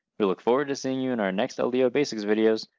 we look forward to seeing you in our next ldo basics videos.